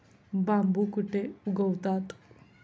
बांबू कुठे उगवतात?